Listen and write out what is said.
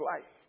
life